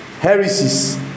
heresies